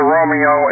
Romeo